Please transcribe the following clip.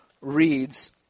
reads